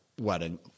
wedding